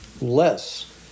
less